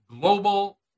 global